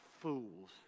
fools